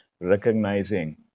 recognizing